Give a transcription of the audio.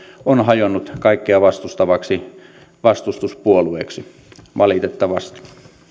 on hajonnut kaikkea vastustavaksi vastustuspuolueeksi valitettavasti